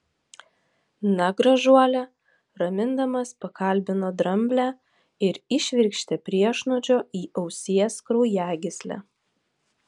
na gražuole ramindamas pakalbino dramblę ir įšvirkštė priešnuodžio į ausies kraujagyslę